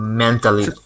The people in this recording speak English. mentally